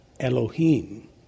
Elohim